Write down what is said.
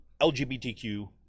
LGBTQ